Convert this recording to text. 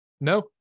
No